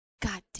God